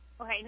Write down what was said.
Okay